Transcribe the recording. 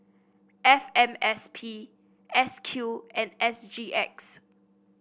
F M S P S Q and S G X